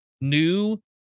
new